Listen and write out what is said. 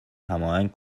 هماهنگ